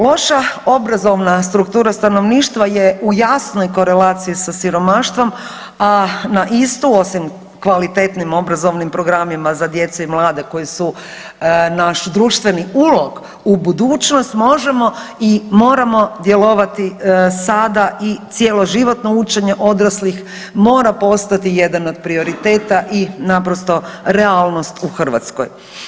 Loša obrazovna struktura stanovništva je u jasnoj korelaciji sa siromaštvom, a na istu, osim kvalitetnim obrazovnim programima za djecu i mlade koji su naš društveni ulog u budućnost možemo i moramo djelovati sada i cjeloživotno učenje odraslih mora postati jedan od prioriteta i naprosto realnost u Hrvatskoj.